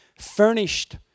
furnished